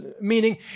meaning